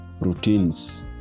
routines